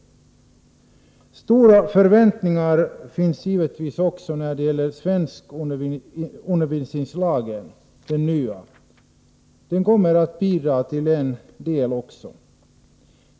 Stora förväntningar finns givetvis även när det gäller den nya lagen om svenskundervisning. Den kommer också att bidra till en del förbättringar.